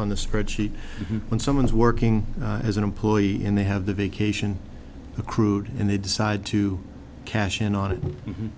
on the spreadsheet when someone is working as an employee and they have the vacation accrued and they decide to cash in on it and